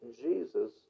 Jesus